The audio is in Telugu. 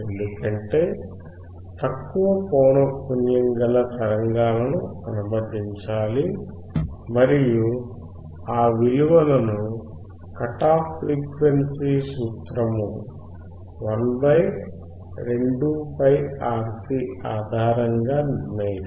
ఎందుకంటే తక్కువ పౌనఃపున్యము గల తరంగాలను అనుమతించాలి మరియు ఆ విలువలను కట్ ఆఫ్ ఫ్రీక్వెన్సీ సూత్రము 12πRC ఆధారముగా నిర్ణయిస్తాము